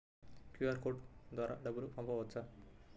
QR code ద్వారా డబ్బులు పంపవచ్చా?